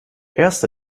erste